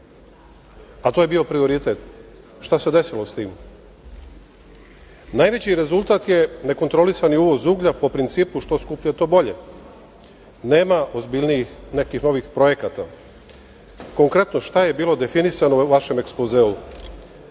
a to je bio prioritet. Šta se desilo sa tim? Najveći rezultat je nekontrolisani uvoz uglja po principu što skuplje, to bolje. Nema ozbiljnih nekih novih projekata. Konkretno, šta je bilo definisano u vašem ekspozeu?